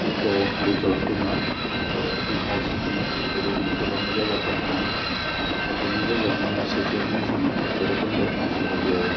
इक' रिजर्ट दङ आरो थ्रि हाउस दङ बेबायदिनो गोबां जायगाफोर दङ ओह बेनि जायगायावनो आङो सेथियाव बुंनो सानदों भैर' कन्ड' जोङो बेयाव